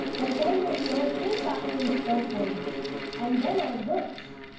and then there's an old paint-box and so forth and then all the books.